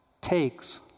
takes